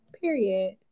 Period